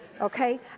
Okay